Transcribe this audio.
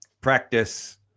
practice